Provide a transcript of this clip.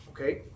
Okay